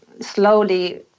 slowly